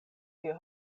tio